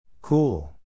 Cool